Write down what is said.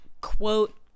quote